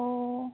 অঁ